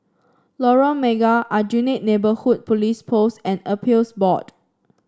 Lorong Mega Aljunied Neighbourhood Police Post and Appeals Board